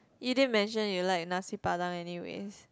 you didn't mention you like nasi-padang anyways